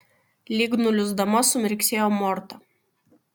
lyg nuliūsdama sumirksėjo morta